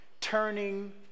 turning